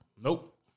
Nope